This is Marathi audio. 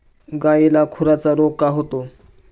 गायीला खुराचा रोग का होतो?